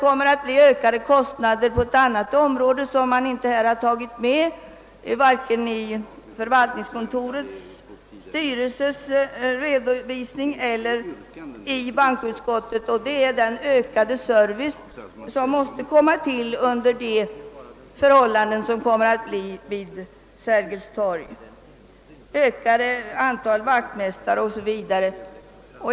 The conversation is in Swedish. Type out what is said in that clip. Det blir ökade kostnader också i ett annat avseende, som inte har nämnts i vare sig redovisningen från förvaltningskontorets styrelse eller av bankoutskottet, nämligen för den ökade service som måste komma till i Sergels torg-alternativet genom större antal vaktmästare m.m.